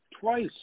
twice